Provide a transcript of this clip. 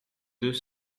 deux